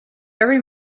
every